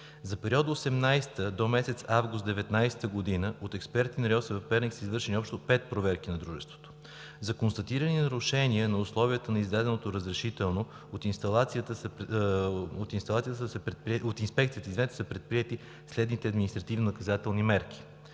За периода 2018 г. до месец август 2019 г. от експертите на РИОСВ – Перник, са извършени общо 5 проверки на дружеството. За констатирани нарушения на условията на издаденото разрешително от Инспекцията са предприети следните административнонаказателни мерки: